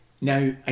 Now